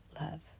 love